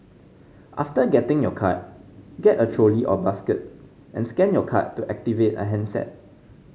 after getting your card get a trolley or basket and scan your card to activate a handset